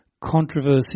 controversy